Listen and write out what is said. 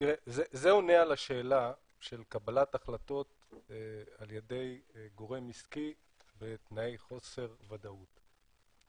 עונה על השאלה של קבלת החלטות על ידי גורם עסקי בתנאי חוסר ודאות.